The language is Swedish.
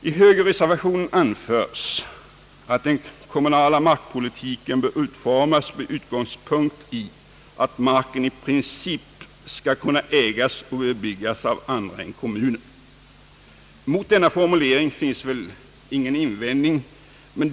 I högerreservationen anföres att den kommunala markpolitiken bör utformas med utgångspunkt i att marken »i princip skall kunna ägas och bebyggas av andra än kommunen». Mot denna formulering finns väl ingen invändning.